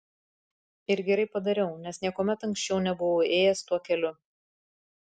ir gerai padariau nes niekuomet anksčiau nebuvau ėjęs tuo keliu